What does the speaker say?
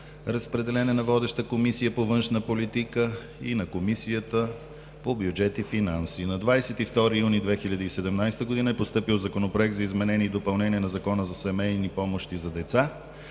Разпределен е на водещата Комисия по външна политика и на Комисията по бюджет и финанси. На 22 юни 2017 г. е постъпил Законопроект за изменение и допълнение на Закона за семейни помощи за деца.